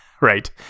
right